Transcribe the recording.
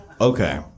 Okay